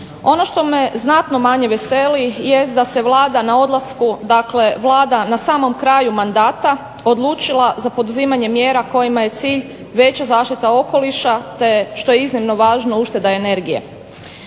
Ono što me znatno manje veseli jest da se Vlada na odlasku, dakle Vlada na samom kraju mandata, odlučila za poduzimanje mjera kojima je cilj veća zaštita okoliša te što je iznimno važno ušteda energije.